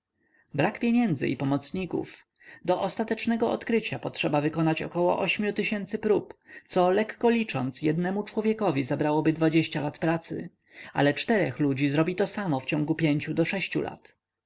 brak pieniędzy i pomocników do ostatecznego odkrycia potrzeba wykonać około ośmiu tysięcy prób co lekko licząc jednemu człowiekowi zabrałoby dwadzieścia lat pracy ale czterech ludzi zrobi tosamo w ciągu pięciu do sześciu lat